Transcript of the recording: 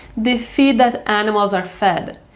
the feed that animals are fed,